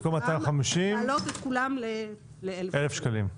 להעלות את כולם ל-1,000 שקלים.